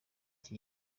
iki